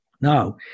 Now